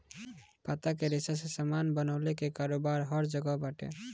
पत्ता के रेशा से सामान बनवले कअ कारोबार हर जगह बाटे